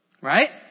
Right